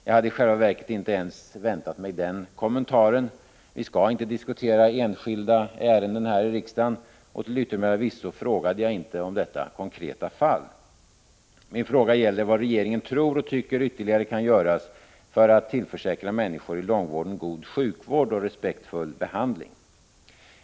Jag hade i själva verket inte ens väntat mig den kommentaren. Vi skall inte diskutera enskilda ärenden här i riksdagen. Till yttermera visso hade jag inte frågat om detta konkreta fall. Min fråga gäller vad regeringen tror och tycker ytterligare kan göras för att tillförsäkra människor i långvården god sjukvård och respektfull behandling.